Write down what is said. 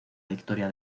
victoria